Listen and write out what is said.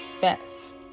best